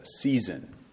season